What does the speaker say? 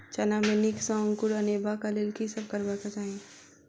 चना मे नीक सँ अंकुर अनेबाक लेल की सब करबाक चाहि?